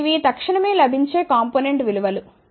ఇప్పుడు ఇవి తక్షణమే లభించే కాంపొనెంట్ విలువ లు